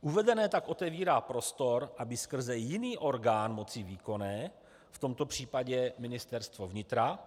Uvedené tak otevírá prostor, aby skrze jiný orgán moci výkonné, v tomto případě Ministerstvo vnitra,